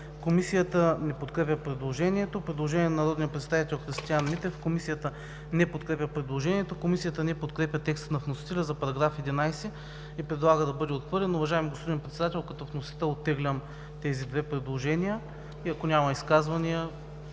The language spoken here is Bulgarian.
Комисията не подкрепя предложението. Предложение на народния представител Христиан Митев. Комисията не подкрепя предложението. Комисията не подкрепя текста на вносителя за § 10 и предлага да бъде отхвърлен. Уважаеми господин Председател, уважаеми народни представители! Оттеглям тези две предложения като вносител.